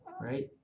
right